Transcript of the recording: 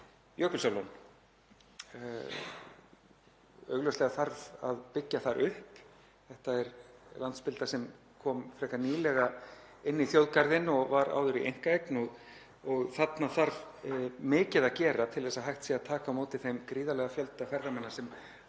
Jökulsárlón. Augljóslega þarf að byggja þar upp. Þetta er landspilda sem kom frekar nýlega inn í þjóðgarðinn og var áður í einkaeign og þarna þarf mikið að gera til þess að hægt sé að taka á móti þeim gríðarlega fjölda ferðamanna sem